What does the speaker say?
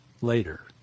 later